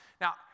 Now